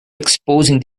exposing